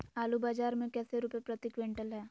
आलू बाजार मे कैसे रुपए प्रति क्विंटल है?